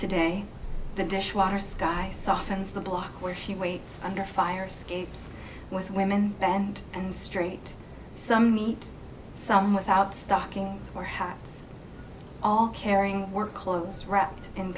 today the dishwater skies softens the block where she waits under fire escapes with women bend and straight some meat some without stockings or hats all carrying work clothes wrapped in